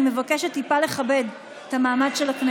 אני מבקשת מכם טיפה לכבד את המעמד של הכנסת.